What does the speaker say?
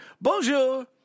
bonjour